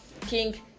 king